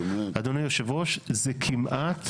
אדוני יושב הראש, זה כמעט,